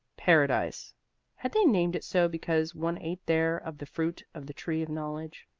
paradise had they named it so because one ate there of the fruit of the tree of knowledge?